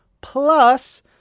plus